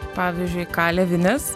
pavyzdžiui kalė vinis